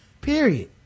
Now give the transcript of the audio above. Period